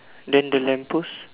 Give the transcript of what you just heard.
then the lamp post